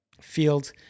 field